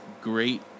great